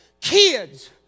Kids